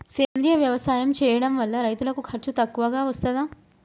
సేంద్రీయ వ్యవసాయం చేయడం వల్ల రైతులకు ఖర్చు తక్కువగా వస్తదా?